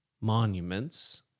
monuments